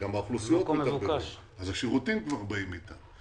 אז האוכלוסיות מגיעות, אז השירותים כבר באים איתה.